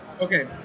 Okay